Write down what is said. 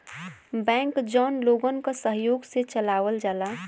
bank जौन लोगन क सहयोग से चलावल जाला